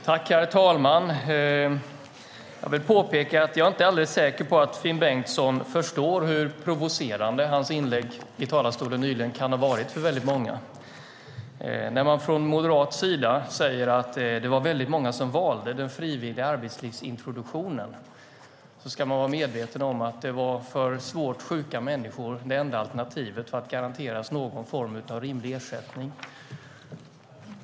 Herr talman! Jag är inte alldeles säker på att Finn Bengtsson förstår hur provocerande hans inlägg i talarstolen nyligen kan ha varit för väldigt många. När han från moderat sida säger att det var väldigt många som valde den frivilliga arbetslivsintroduktionen ska han vara medveten om att det för svårt sjuka människor var det enda alternativet för att garanteras någon form av rimlig ersättning.